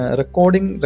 recording